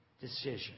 decision